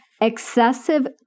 excessive